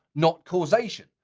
not causation.